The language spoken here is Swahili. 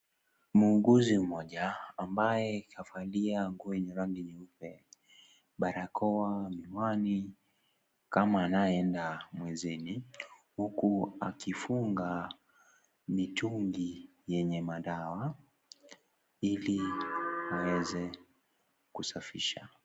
Muuguzi mmoja ambaye kavalia nguo yenye rangi nyeupe, barakoa , miwani kama anayeenda mwezini huku akifunga mitungi yenye madawa ili aweze kusafisha.